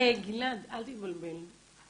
גלעד, אל תתבלבל.